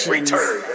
Return